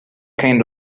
kind